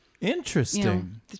Interesting